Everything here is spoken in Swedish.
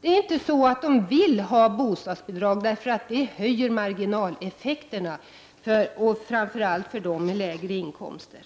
Det är ju inte så, att människor vill ha bostadsbidrag bara därför att det därmed blir en bättre marginaleffekt, framför allt för dem som har lägre inkomster.